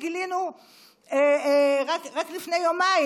שגילינו רק לפני יומיים,